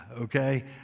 Okay